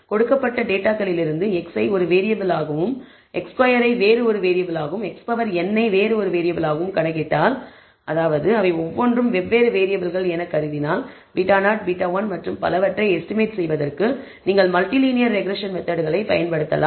கொடுக்கப்பட்ட டேட்டாகளிலிருந்து x ஐ ஒரு வேறியபிள் ஆகவும் x2 ஐ வேறு ஒரு வேறியபிள் ஆகவும் xn ஐ வேறு ஒரு வேறியபிள் ஆகவும் கணக்கிட்டால் அதாவது அவை ஒவ்வொன்றும் வெவ்வேறு வேறியபிள்கள் எனக் கருதினால் β0 β1 மற்றும் பலவற்றை எஸ்டிமேட் செய்வதற்கு நீங்கள் மல்டி லீனியர் ரெக்ரெஸ்ஸன் மெத்தெட்களை பயன்படுத்தலாம்